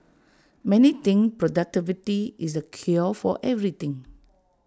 many think productivity is the cure for everything